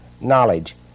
knowledge